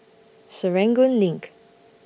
Serangoon LINK